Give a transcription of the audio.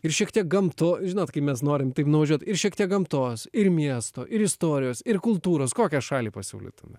ir šiek tiek gamto žinot kai mes norim taip nuvažiuot ir šiek tiek gamtos ir miesto ir istorijos ir kultūros kokią šalį pasiūlytumėt